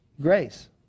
Grace